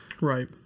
Right